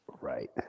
Right